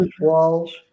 walls